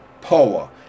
Power